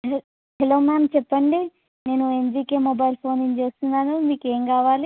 hello ma'am చెప్పండి నేను ఎన్జికే మొబైల్ ఫోన్ నుంచి చేస్తున్నాను మీకు ఏం కావాలి